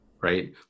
right